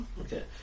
Okay